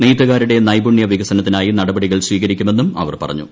നെയ്ത്തൂകാരുടെ നൈപുണ്യവികസനത്തിനായി നടപടികൾ സ്വീകരിക്കുമെന്നും അവർ പറഞ്ഞു